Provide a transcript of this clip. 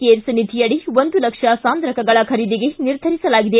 CARES ನಿಧಿಯಡಿ ಒಂದು ಲಕ್ಷ ಸಾಂದ್ರಕಗಳ ಖರೀದಿಗೆ ನಿರ್ಧರಿಸಲಾಗಿದೆ